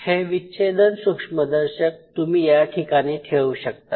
हे विच्छेदन सूक्ष्मदर्शक तुम्ही या ठिकाणी ठेवू शकता